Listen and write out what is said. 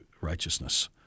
righteousness